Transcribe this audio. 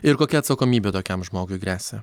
ir kokia atsakomybė tokiam žmogui gresia